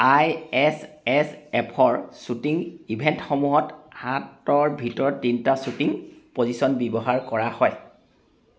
আই S S এফৰ shooting ইভেন্টসমূহত সাতৰ ভিতৰত তিনিটা শ্বুটিং পজিশ্যন ব্যৱহাৰ কৰা হয়